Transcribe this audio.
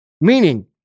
Meaning